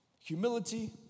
Humility